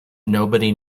nobody